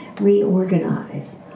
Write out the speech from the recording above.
reorganize